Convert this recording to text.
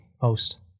post